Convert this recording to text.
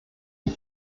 die